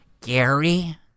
Gary